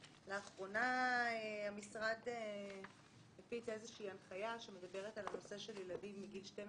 לאחרונה המשרד הפיץ איזושהי הנחיה שמדברת על הנושא של ילדים מגיל 12